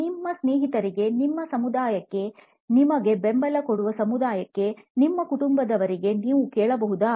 ನಿಮ್ಮ ಸ್ನೇಹಿತರಿಗೆ ನಿಮ್ಮ ಸಮುದಾಯಕ್ಕೆ ನಿಮಗೆ ಬೆಂಬಲ ಕೊಡುವ ಸಮುದಾಯಕ್ಕೆ ನಿಮ್ಮ ಕುಟುಂಬದವರನ್ನು ನೀವು ಕೇಳಬಹುದಾ